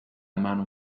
mano